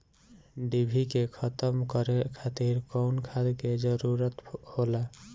डिभी के खत्म करे खातीर कउन खाद के जरूरत होला?